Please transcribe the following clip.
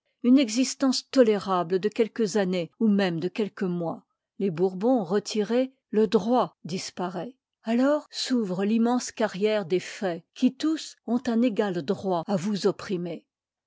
une existence tolérable de quelques années ou même de quelques mois les bourbons retirés le droit disparoît alors s'ouvre l'immense carrière des faits qui tous ont un égal droit à vous opprimer